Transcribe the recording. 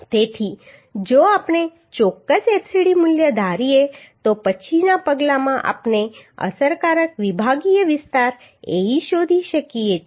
તેથી જો આપણે ચોક્કસ fcd મૂલ્ય ધારીએ તો પછીના પગલામાં આપણે અસરકારક વિભાગીય વિસ્તાર Ae શોધી શકીએ છીએ